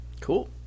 Cool